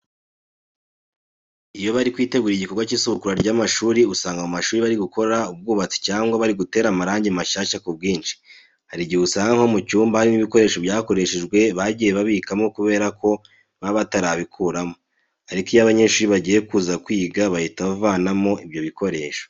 Iyo bari kwitegura igikorwa cy'isubukura ry'amashuri usanga mu mashuri bari gukora ubwubatsi cyangwa bari gutera amarangi mashyashya ku bwinshi. Hari igihe usanga nko mu cyumba harimo ibikoresho byakoreshejwe bagiye babikamo kubera ko baba batarabikuramo. Ariko iyo abanyeshuri bagiye kuza kwiga bahita bavanamo ibyo bikoresho.